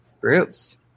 groups